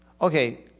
Okay